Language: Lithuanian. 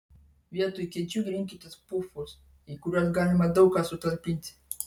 vietoj kėdžių rinkitės pufus į kuriuos galima daug ką sutalpinti